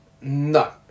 No